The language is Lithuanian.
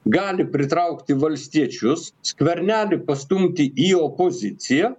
gali pritraukti valstiečius skvernelį pastumti į opoziciją